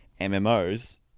MMOs